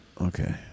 Okay